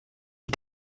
die